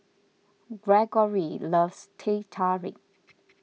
Greggory loves Teh Tarik